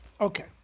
Okay